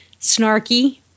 snarky